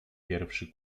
pierwszy